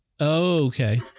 Okay